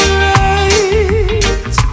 right